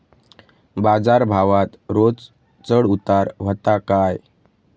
बाजार भावात रोज चढउतार व्हता काय?